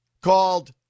called